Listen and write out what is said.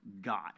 God